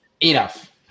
Enough